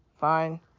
fine